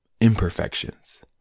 imperfections